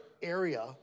area